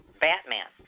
Batman